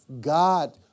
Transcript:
God